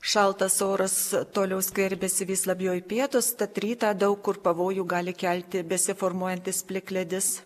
šaltas oras toliau skverbėsi vis labiau į pietus tad rytą daug kur pavojų gali kelti besiformuojantis plikledis